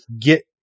get